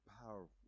powerful